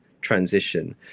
transition